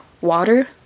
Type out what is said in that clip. water